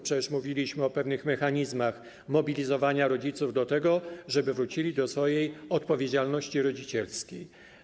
Przecież mówiliśmy o pewnych mechanizmach mobilizowania rodziców do tego, żeby wrócili do odpowiedzialności rodzicielskiej.